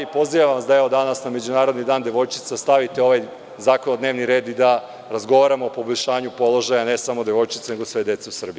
Pozivam vas, da evo, danas na međunarodni dan devojčica stavite ovaj zakon na dnevni red i da razgovaramo o poboljšanju položaja ne samo devojčica, nego sve dece u Srbiji.